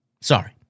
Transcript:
Sorry